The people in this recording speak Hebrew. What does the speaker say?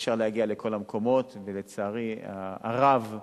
אי-אפשר להגיע לכל המקומות, ולצערי הרב,